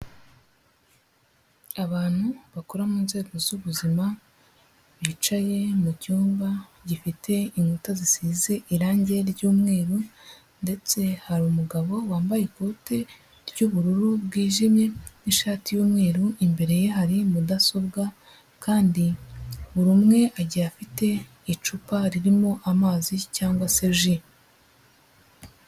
Abantu bakora mu nzego z'ubuzima bicaye mu cyumba gifite inkuta zisize irangi ry'umweru ndetse hari umugabo wambaye ikote ry'ubururu bwijimye n'ishati y'umweru imbere ye hari mudasobwa, kandi buri umwe agiye afite icupa ririmo amazi cyangwa se ji.